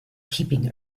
keeping